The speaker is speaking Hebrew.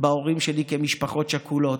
בהורים שלי כמשפחות שכולות.